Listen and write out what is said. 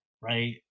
Right